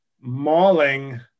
mauling